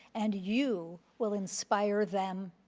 and you will inspire them.